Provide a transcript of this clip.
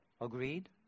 Agreed